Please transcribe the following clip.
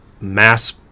Mass